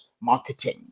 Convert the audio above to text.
marketing